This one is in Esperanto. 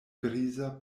griza